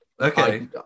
okay